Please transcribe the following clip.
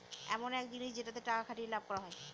ইমন এক জিনিস যেটাতে টাকা খাটিয়ে লাভ করা হয়